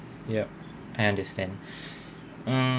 yup I understand mm